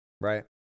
Right